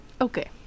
Okay